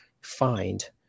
find